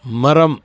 மரம்